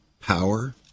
power